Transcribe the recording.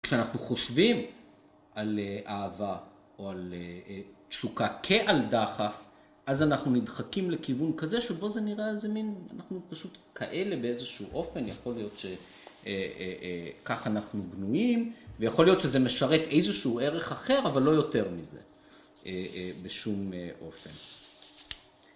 כשאנחנו חושבים על אהבה או על תשוקה כעל דחף, אז אנחנו נדחקים לכיוון כזה, שבו זה נראה איזה מין, אנחנו פשוט כאלה באיזשהו אופן, יכול להיות שככה אנחנו בנויים, ויכול להיות שזה משרת איזשהו ערך אחר, אבל לא יותר מזה' בשום אופן.